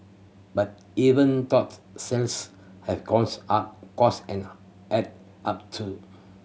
but even thought sales have gone up cost and add up too